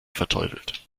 verteufelt